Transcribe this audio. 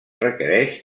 requereix